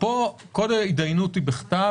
פה כל ההתדיינות היא בכתב,